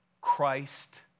Christ